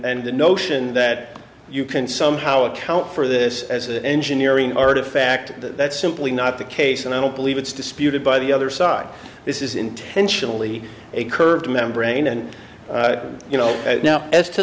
the notion that you can somehow account for this as an engineering artifact that's simply not the case and i don't believe it's disputed by the other side this is intentionally a curved membrane and you know now as to